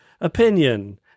opinion